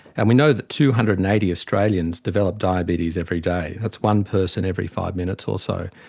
and we know that two hundred and eighty australians develop diabetes every day, that's one person every five minutes or so.